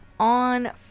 on